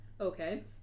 Okay